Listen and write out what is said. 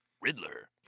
Riddler